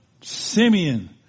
Simeon